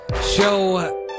show